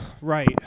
Right